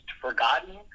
forgotten